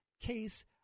case